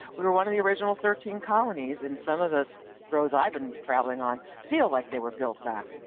we were one of the original thirteen colonies and some of the roads i've been traveling on feel like they were built back,